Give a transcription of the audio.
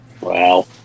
Wow